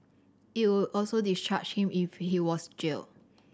it would also discharge him if he was jailed